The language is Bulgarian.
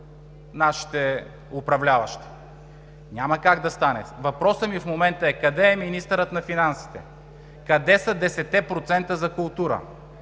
нашите управляващи. Няма как да стане! Въпросът ми в момента е: къде е министърът на финансите? Къде са 10-те